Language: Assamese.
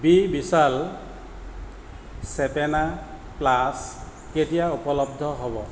বি বিশাল চেপেনা প্লাছ কেতিয়া উপলব্ধ হ'ব